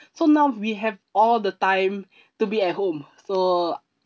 so now we have all the time to be at home so